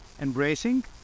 embracing